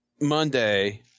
Monday